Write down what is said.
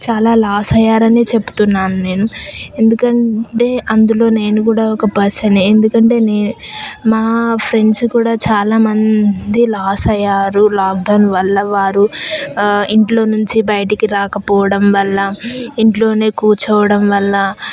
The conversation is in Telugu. చాలా లాస్ అయ్యారని చెప్తున్నాను నేను ఎందుకంటే అందులో నేను కూడా ఒక పర్సనే ఎందుకంటే మా ఫ్రెండ్స్ కూడా చాలామంది లాస్ అయ్యారు లాక్డౌన్ వల్ల వారు ఇంట్లో నుంచి బయటికి రాకపోవడం వల్ల ఇంట్లోనే కూర్చోవడం వల్ల